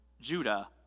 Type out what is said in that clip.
Judah